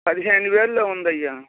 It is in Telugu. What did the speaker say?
పదిహేను వేలల్లో ఉందయ్యా